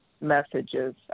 messages